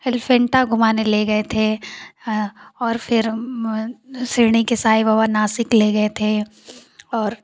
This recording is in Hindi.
एलीफेंटा घुमाने ले गये थे और फिर शिरडी के साई बाबा नासिक ले गये थे और